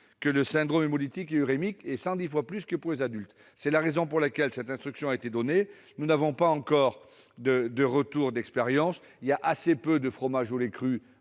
un syndrome hémolytique et urémique est 110 fois plus élevée. C'est la raison pour laquelle cette instruction a été donnée. Nous n'avons pas encore de retour d'expérience ; il y a de toute façon assez peu de fromages au lait cru,